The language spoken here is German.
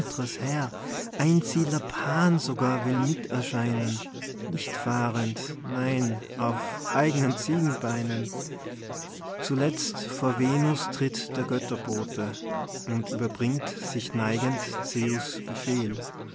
heer einsiedler pan sogar will miterscheinen nicht fahrend nein auf eignen ziegenbeinen zuletzt vor venus tritt der götterbote und überbringt sich neigend zeus befehl